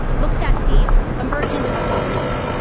looks at the emergence of the new.